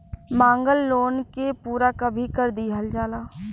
मांगल लोन के पूरा कभी कर दीहल जाला